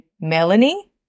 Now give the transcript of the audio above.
Melanie